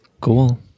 cool